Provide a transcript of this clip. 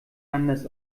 anders